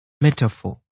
metaphor